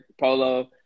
Polo